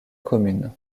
commune